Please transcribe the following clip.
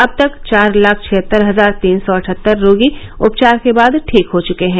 अब तक चार लाख छिहत्तर हजार तीन सौ अठहत्तर रोगी उपचार के बाद ठीक हो चुके हैं